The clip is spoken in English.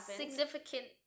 significant